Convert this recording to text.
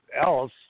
else